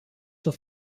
zur